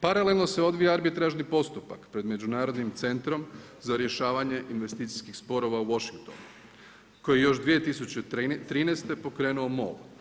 Paralelno se odvija arbitražni postupak, to je međunarodnim centrom, za rješavanje investicijskih sporova u Washingtonu, koji još 2013. pokrenuo MOL.